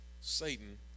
Satan